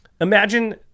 Imagine